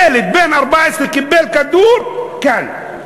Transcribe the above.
ילד בן 14 קיבל כדור, כאן.